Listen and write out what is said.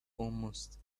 almost